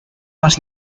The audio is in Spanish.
más